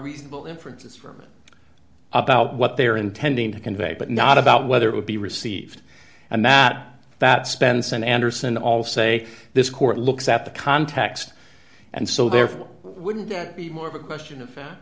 reasonable inference from about what they are intending to convey but not about whether it would be received and that that spence and anderson all say this court looks at the context and so therefore wouldn't that be more of a question of fa